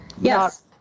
Yes